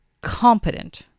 competent